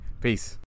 Peace